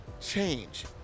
change